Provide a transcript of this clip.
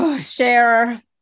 share